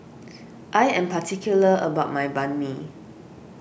I am particular about my Banh Mi